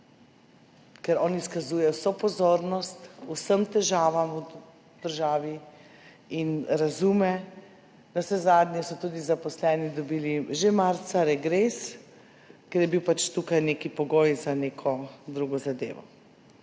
Ker on izkazuje vso pozornost vsem težavam v državi in razume, navsezadnje so tudi zaposleni dobili že marca regres, ker so bili pač tukaj neki pogoji za neko drugo zadevo.